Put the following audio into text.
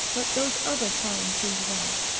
but those other crying sins of ours,